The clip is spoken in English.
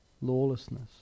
lawlessness